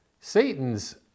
Satan's